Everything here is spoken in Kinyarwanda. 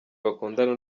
bakundana